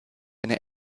eine